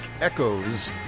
echoes